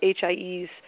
HIEs